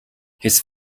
his